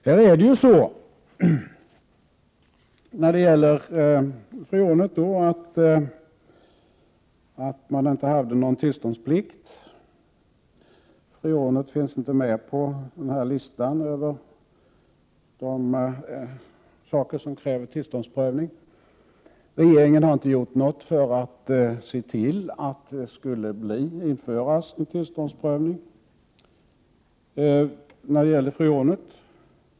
Det är ju så när det gäller freonet att man inte hade någon tillståndsplikt. Freonet finns inte med på listan över de saker som kräver tillståndsprövning. Regeringen har inte gjort något för att se till att det införs tillståndsprövning när det gäller freonet.